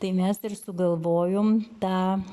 tai mes ir sugalvojom tą